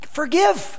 forgive